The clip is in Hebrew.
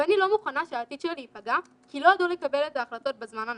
ואני לא מוכנה שהעתיד שלי ייפגע כי לא ידעו לקבל את ההחלטות בזמן הנכון.